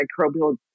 microbial